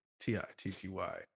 T-I-T-T-Y